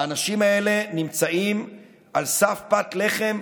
האנשים האלה נמצאים על סף פת לחם,